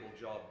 job